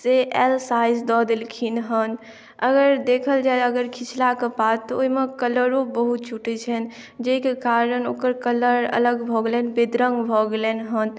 से L size दऽ देलखिन हेँ अगर देखल जाए अगर खिचलाकेँबाद तऽओहिमे कलरो बहुत छूटैत छनि जाहिके कारण ओकर कलर अलग भऽ गेलै हेँ बदरङ्ग भऽ गेलै हेँ